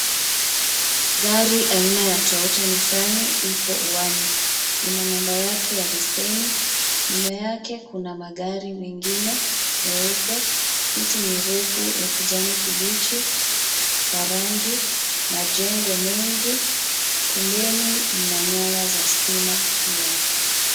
Gari aina ya Toyota Nissani ipo uani. Ina namba yake ya leseni. Nyuma yake kuna magari mengine meupe. Miti mirefu ya kijani kibichi wa rangi, majengo mengi. Pembeni mna nyaya za stima pia.